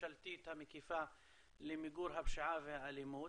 הממשלתית המקיפה למיגור הפשיעה והאלימות.